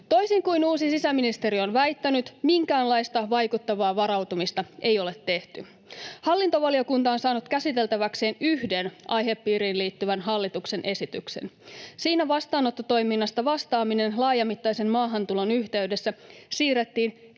Toisin kuin uusi sisäministeri on väittänyt, minkäänlaista vaikuttavaa varautumista ei ole tehty. Hallintovaliokunta on saanut käsiteltäväkseen yhden aihepiiriin liittyvän hallituksen esityksen. Siinä vastaanottotoiminnasta vastaaminen laajamittaisen maahantulon yhteydessä siirrettiin